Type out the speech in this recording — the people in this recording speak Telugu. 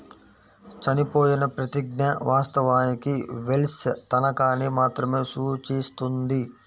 చనిపోయిన ప్రతిజ్ఞ, వాస్తవానికి వెల్ష్ తనఖాని మాత్రమే సూచిస్తుంది